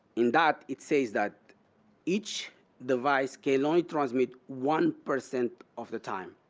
in that, it says that each device can only transmit one percent of the time,